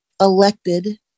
elected